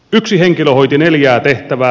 yksi henkilö hoiti neljää tehtävää